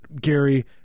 Gary